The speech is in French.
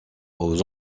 aux